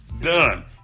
Done